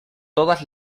todas